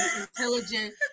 intelligent